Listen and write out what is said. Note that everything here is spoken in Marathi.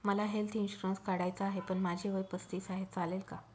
मला हेल्थ इन्शुरन्स काढायचा आहे पण माझे वय पस्तीस आहे, चालेल का?